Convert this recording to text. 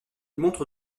montre